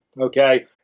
Okay